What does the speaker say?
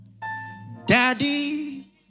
Daddy